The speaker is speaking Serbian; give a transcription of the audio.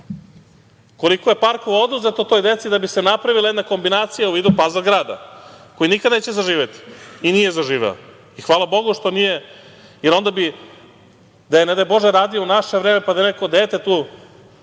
dece? Koliko je parkova oduzeto toj deci da bi se napravila jedna kombinacija u vidu pazl grada koji nikada neće zaživeti i nije zaživeo i hvala Bogu što nije jer onda bi da je, ne daj Bože, radio u naše vreme, pa da je neko dete bilo